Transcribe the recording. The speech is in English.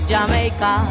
Jamaica